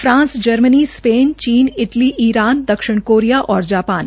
France Germany Spain चीन Italy Iran दक्षिण Korea और जापान